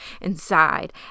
inside